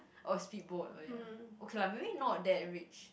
oh speedboat oh ya okay lah maybe not that rich